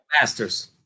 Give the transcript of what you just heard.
Masters